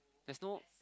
there's no